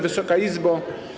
Wysoka Izbo!